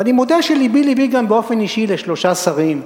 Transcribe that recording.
ואני מודה שלבי-לבי גם באופן אישי לשלושה שרים,